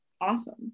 awesome